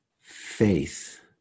faith